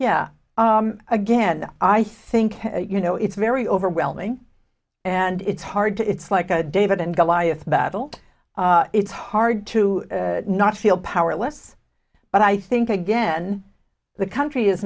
yeah again i think you know it's very overwhelming and it's hard to it's like a david and goliath battle it's hard to not feel powerless but i think again the country is